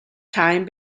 time